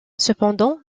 cependant